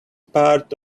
part